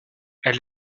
elle